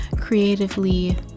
creatively